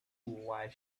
while